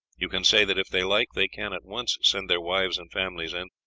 you can say that if they like they can at once send their wives and families in,